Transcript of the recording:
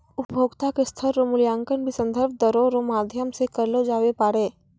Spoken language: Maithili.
उपभोक्ता के स्तर रो मूल्यांकन भी संदर्भ दरो रो माध्यम से करलो जाबै पारै